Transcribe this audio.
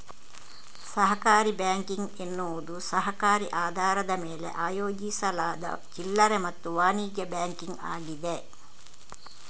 ಸಹಕಾರಿ ಬ್ಯಾಂಕಿಂಗ್ ಎನ್ನುವುದು ಸಹಕಾರಿ ಆಧಾರದ ಮೇಲೆ ಆಯೋಜಿಸಲಾದ ಚಿಲ್ಲರೆ ಮತ್ತು ವಾಣಿಜ್ಯ ಬ್ಯಾಂಕಿಂಗ್ ಆಗಿದೆ